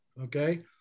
okay